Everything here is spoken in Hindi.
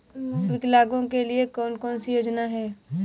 विकलांगों के लिए कौन कौनसी योजना है?